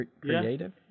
creative